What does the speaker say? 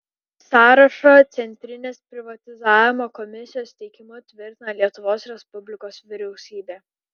sąrašą centrinės privatizavimo komisijos teikimu tvirtina lietuvos respublikos vyriausybė